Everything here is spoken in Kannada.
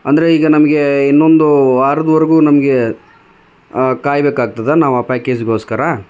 ಅಂದರೆ ಈಗ ನಮ್ಗೆ ಇನ್ನೊಂದು ವಾರದ್ವರ್ಗೂ ನಮಗೆ ಕಾಯ್ಬೇಕಾಗ್ತದಾ ನಾವು ಆ ಪ್ಯಾಕೇಜಿಗೋಸ್ಕರ